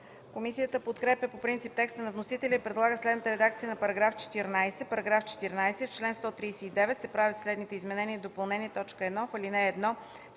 Комисията подкрепя по принцип текста на вносителя и предлага следната редакция на § 14: „§ 14. В чл. 139 се правят следните изменения и допълнения: